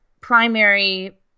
primary